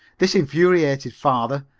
this infuriated father,